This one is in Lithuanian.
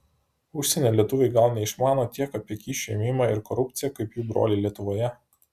užsienio lietuviai gal neišmano tiek apie kyšių ėmimą ir korupciją kaip jų broliai lietuvoje